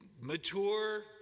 mature